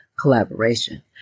collaboration